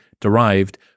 derived